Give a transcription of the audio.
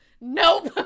nope